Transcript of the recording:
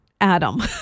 Adam